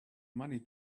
money